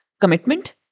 commitment